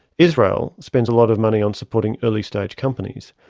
israel spends a lot of money on supporting early stage companies,